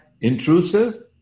intrusive